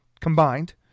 combined